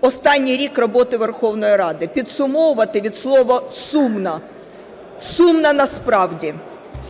останній рік роботи Верховної Ради. Підсумовувати від слова "сумно". Сумно насправді.